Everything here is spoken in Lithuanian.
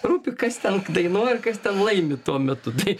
rūpi kas ten k dainuoja ir kas ten laimi tuo metu tai